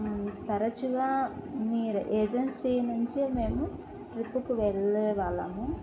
తరచుగా మీరు ఏజెన్సీ నుంచే మేము ట్రిప్పుకు వెళ్ళే వాళ్ళము